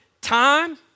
time